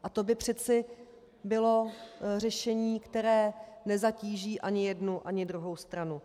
A to by přeci bylo řešení, které nezatíží ani jednu ani druhou stranu.